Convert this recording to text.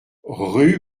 rue